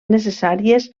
necessàries